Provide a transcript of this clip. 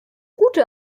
gute